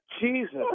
Jesus